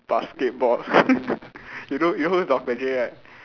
basketball you know you know who is doctor J right